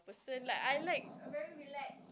in like I like